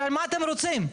אבל מה אתם רוצים?